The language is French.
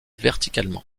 verticalement